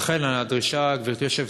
לכן הדרישה שלי,